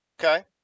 Okay